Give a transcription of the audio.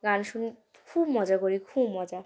গান শুনে খুব মজা করি খুব মজা